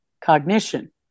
cognition